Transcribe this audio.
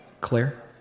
Claire